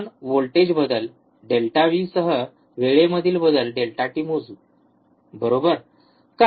आपण व्होल्टेज बदल delta V ∆V सह वेळेमधील बदल डेल्टा टी ∆t मोजू बरोबर का